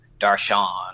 Darshan